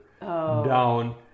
down